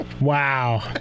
Wow